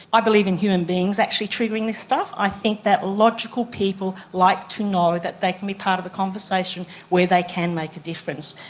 i believe in human beings actually triggering this stuff. i think that logical people like to know that they can be part of the conversation where they can make a difference.